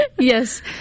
Yes